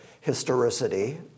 historicity